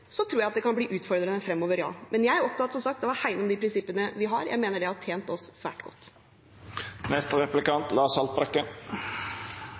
tror jeg at det kan bli utfordrende fremover. Men jeg er som sagt opptatt av å hegne om de prinsippene vi har. Jeg mener det har tjent oss svært